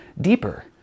deeper